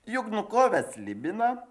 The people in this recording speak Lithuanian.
juk nukovęs slibiną